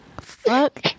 Fuck